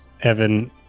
Evan